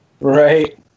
Right